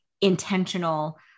intentional